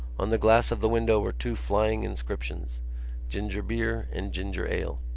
on the glass of the window were two flying inscriptions ginger beer and ginger ale.